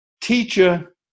Teacher